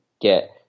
get